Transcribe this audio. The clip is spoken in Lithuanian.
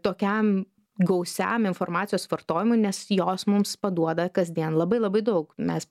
tokiam gausiam informacijos vartojimui nes jos mums paduoda kasdien labai labai daug mes